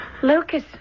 Lucas